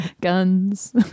Guns